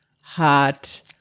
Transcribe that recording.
hot